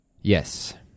Yes